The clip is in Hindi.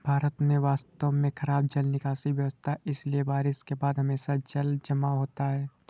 भारत में वास्तव में खराब जल निकासी व्यवस्था है, इसलिए बारिश के बाद हमेशा जलजमाव होता है